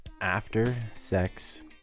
after-sex